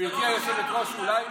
גברתי היושבת-ראש, אולי,